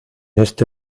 este